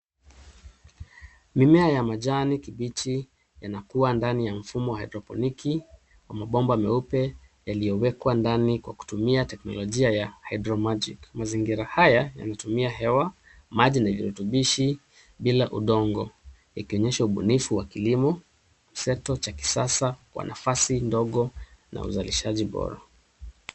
Mimea ya majani kibichi yanakua ndani ya mfumo wa haedroponiki wa mabomba meupe yaliyowekwa ndani kwa kutumia teknolojia ya HydroMagic . Mazingira haya yanatumia hewa, maji na virutubishi bila udongo yakionyesha ubunifu wa kilimo, mseto cha kisasa wa nafasi ndogo na uzalishaji bora.